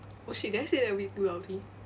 oh shit did I say that a bit too loudly